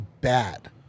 bad